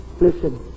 Listen